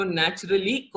naturally